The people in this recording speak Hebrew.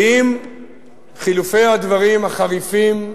כי עם חילופי הדברים החריפים,